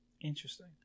interesting